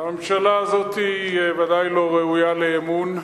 הממשלה הזאת ודאי לא ראויה לאמון.